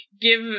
give